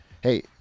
Hey